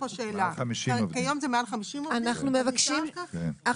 50.